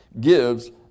gives